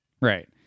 Right